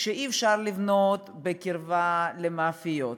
כשאי-אפשר לבנות בקרבה למאפיות,